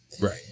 right